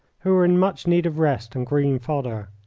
who were in much need of rest and green fodder.